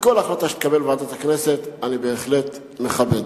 וכל החלטה שתקבל ועדת הכנסת אני בהחלט מכבד.